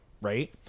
right